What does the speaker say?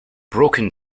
broken